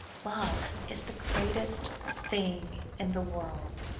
love is the greatest thing in the world.